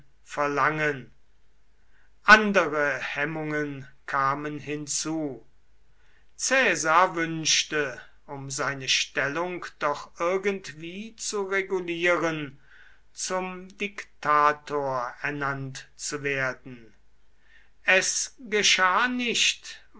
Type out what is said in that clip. verlangen andere hemmungen kamen hinzu caesar wünschte um seine stellung doch irgendwie zu regulieren zum diktator ernannt zu werden es geschah nicht